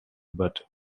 but